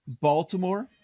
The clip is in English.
baltimore